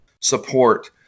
support